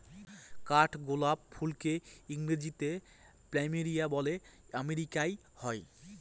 কাঠগোলাপ ফুলকে ইংরেজিতে প্ল্যামেরিয়া বলে আমেরিকায় হয়